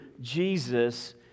Jesus